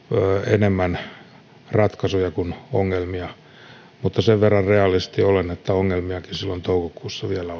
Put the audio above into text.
enemmän ratkaisuja kuin ongelmia mutta sen verran realisti olen että ongelmiakin silloin toukokuussa vielä